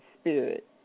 spirit